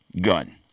gun